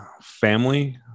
family